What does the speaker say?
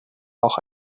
auch